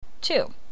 Two